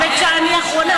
האמת היא שאני אחרונה,